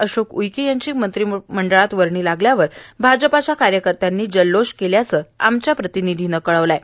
अशोक उईके यांची मंत्रिमंडळात वर्णी लागल्यावर आजपाच्या कार्यकर्त्यांनी जल्लोश केल्याचं आमच्या प्रतिनिधीनं कळवलं आहे